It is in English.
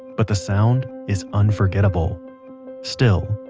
but the sound is unforgettable still,